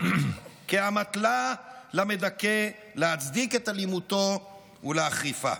כאמתלה למדכא להצדיק את אלימותו ולהחריפה.